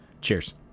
Cheers